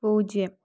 പൂജ്യം